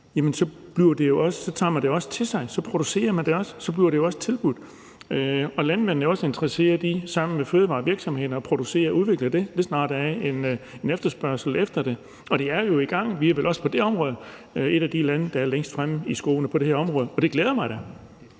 så tager man det jo også til sig – så producerer man det også, og så bliver det jo også tilbudt. Landmanden er jo også interesseret i sammen med fødevarevirksomheden at producere og udvikle det, lige så snart der er en efterspørgsel efter det. Og det er jo i gang. Vi er vel også på det område et af de lande, der er længst fremme i skoene, og det glæder mig da.